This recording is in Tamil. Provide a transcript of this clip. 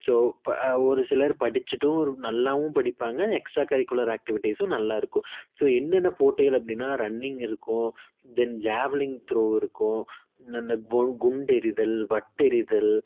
ஸோ இப்போ ஒரு சிலர் படிச்சுட்டும் நல்லாவும் படிப்பாங்க எக்ஸ்ட்ரா கரிக்குலர் ஆக்டிவிட்டீஸும் நல்லா இருக்கும் ஸோ என்னென்ன போட்டிகள் அப்படின்னா ரன்னிங் இருக்கும் தென் ஜேவலிங் த்ரோ இருக்கும் இந்தெந்த குண்டெறிதல் வட்டெறிதல்